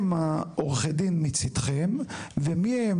אבל בכל שיחות הבירור שעורך הדין שלכם היה ואנחנו נעביר